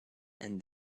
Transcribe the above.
and